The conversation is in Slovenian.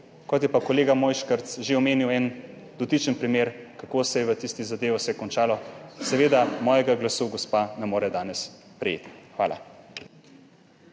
je pa kolega Mojškerc že omenil en dotičen primer, kako se je v tisti zadevi vse končalo. Seveda mojega glasu gospa danes ne more prejeti. Hvala.